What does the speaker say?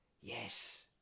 yes